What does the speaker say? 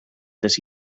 this